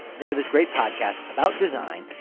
they are this great podcast about design.